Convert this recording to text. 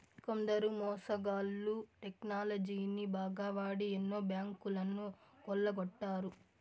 కొందరు మోసగాళ్ళు టెక్నాలజీని బాగా వాడి ఎన్నో బ్యాంకులను కొల్లగొట్టారు